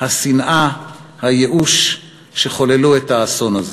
השנאה והייאוש שחוללו את האסון הזה.